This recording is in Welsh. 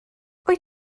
wyt